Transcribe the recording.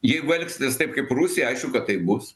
jeigu elgsitės taip kaip rusija aišku kad taip bus